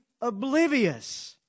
oblivious